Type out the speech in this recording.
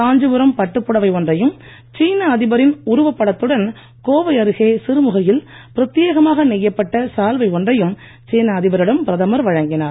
காஞ்சிபுரம் பட்டுப்புடவை ஒன்றையும் சீன அதிபரின் உருவப்படத்துடன் கோவை அருகே சிறுமுகை யில் பிரத்தியேகமாக நெய்யப்பட்ட சால்வை ஒன்றையும் சீன அதிபரிடம் பிரதமர் வழங்கினார்